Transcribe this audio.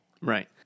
Right